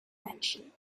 mention